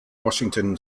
washington